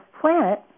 planet